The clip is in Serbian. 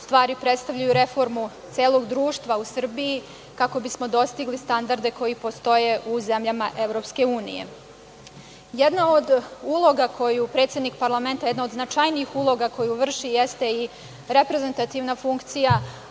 stvari predstavljaju reformu celog društva u Srbiji kako bismo dostigli standarde koji postoje u zemljama EU.Jedna od uloga koju predsednik parlamenta, jedna od značajnijih uloga koju vrši jeste i reprezentativna funkcija